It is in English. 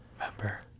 remember